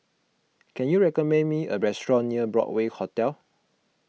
can you recommend me a restaurant near Broadway Hotel